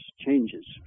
changes